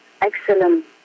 excellent